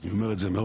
אני אומר מראש.